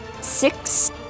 six